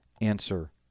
answer